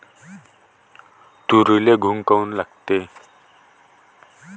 तुरीले घुंग काऊन लागते?